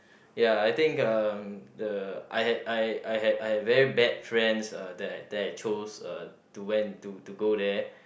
ya I think uh the I had I I had I had very bad friends ah that that chose to went to to go there